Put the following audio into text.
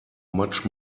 much